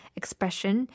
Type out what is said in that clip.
expression